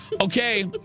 okay